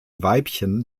weibchen